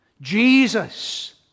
Jesus